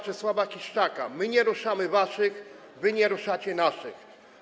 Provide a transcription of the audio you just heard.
Czesława Kiszczaka: My nie ruszamy waszych, wy nie ruszacie naszych.